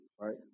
right